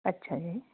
ਅੱਛਾ ਜੀ